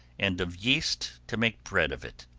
and of yeast to make bread of it.